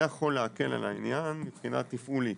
זה יכול להקל על העניין מבחינה תפעולית.